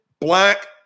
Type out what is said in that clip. black